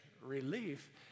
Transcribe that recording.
relief